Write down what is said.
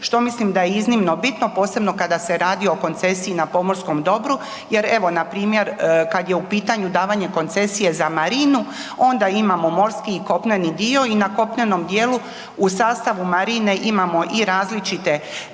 što mislim da je iznimno bitno posebno kada se radi o koncesiji na pomorskom dobru. Jer evo npr. kada je u pitanju davanje koncesije za marinu onda imamo morski i kopneni dio i na kopnenom dijelu u sastavu marine imamo i različite